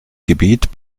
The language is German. gebiet